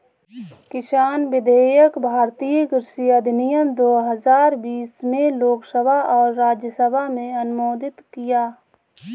किसान विधेयक भारतीय कृषि अधिनियम दो हजार बीस में लोकसभा और राज्यसभा में अनुमोदित किया